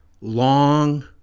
long